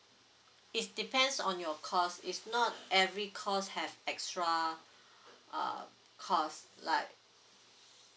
it's depends on your course it's not every course have extra err cost like